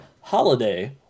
holiday